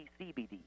CBD